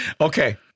Okay